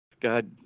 God